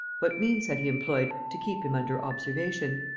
what means had he employed to keep him under observation?